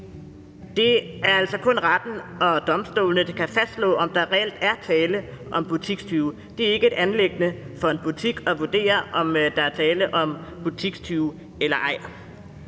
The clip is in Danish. Det er altså kun retten og domstolene, der kan fastslå, om der reelt er tale om butikstyve. Det er ikke et anliggende for en butik at vurdere, om der er tale om butikstyve eller ej.